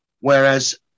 whereas